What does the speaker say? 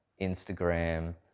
Instagram